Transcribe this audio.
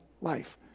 life